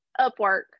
Upwork